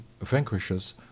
vanquishes